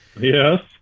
Yes